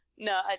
No